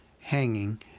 hanging